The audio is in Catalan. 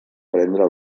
prendre